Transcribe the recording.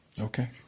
Okay